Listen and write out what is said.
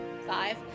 five